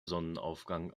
sonnenaufgang